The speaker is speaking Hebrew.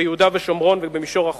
ביהודה ושומרון ובמישור החוף.